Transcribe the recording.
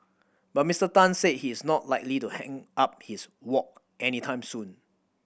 but Mister Tan said he's not like to hang up his wok anytime soon